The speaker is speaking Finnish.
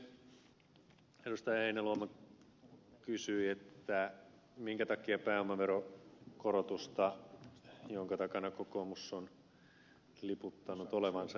heinäluoma kysyi minkä takia pääomaveron korotusta jonka takana kokoomus on liputtanut olevansa ei ole toteutettu